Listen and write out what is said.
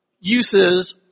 uses